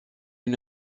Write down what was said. une